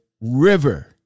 River